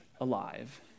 alive